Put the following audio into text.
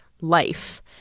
life